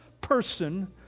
person